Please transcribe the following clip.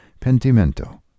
Pentimento